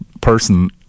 person